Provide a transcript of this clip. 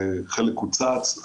חלק קוצץ.